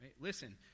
Listen